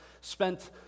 spent